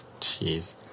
Jeez